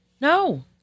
No